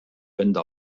wände